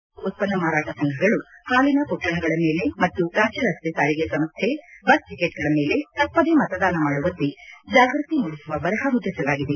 ಹಾಲು ಉತ್ಪನ್ನ ಮಾರಾಟ ಸಂಘಗಳು ಹಾಲಿನ ಪೊಟ್ಟಣಗಳ ಮೇಲೆ ಮತ್ತು ರಾಜ್ಯ ರಸ್ತೆ ಸಾರಿಗೆ ಸಂಸ್ವೆ ಬಸ್ ಟಕೆಟ್ಗಳ ಮೇಲೆ ತಪ್ಪದೇ ಮತದಾನ ಮಾಡುವಂತೆ ಜಾಗೃತಿ ಮೂಡಿಸುವ ಬರಹ ಮುದ್ರಿಸಲಾಗಿದೆ